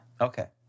Okay